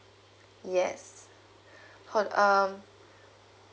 yes hold um